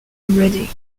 ready